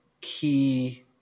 key